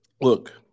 Look